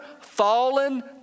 fallen